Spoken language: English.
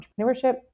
entrepreneurship